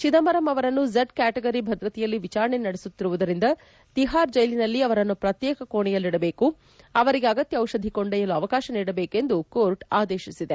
ಚಿದಂಬರಂ ಅವರನ್ನು Z category ಭದ್ರತೆಯಲ್ಲಿ ವಿಚಾರಣೆ ನಡೆಸುತ್ತಿರುವುದರಿಂದ ತಿಹಾರ್ ಜೈಲಿನಲ್ಲಿ ಅವರನ್ನು ಪ್ರತ್ಯೇಕ ಕೋಣೆಯಲ್ಲಿಡಬೇಕು ಅವರಿಗೆ ಅಗತ್ಯ ಔಷಧಿ ಕೊಂಡೊಯ್ಯಲು ಅವಕಾಶ ನೀಡಬೇಕು ಎಂದು ಕೋರ್ಟ್ ಆದೇಶಿಸಿದೆ